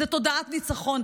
זאת תודעת ניצחון.